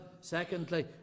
Secondly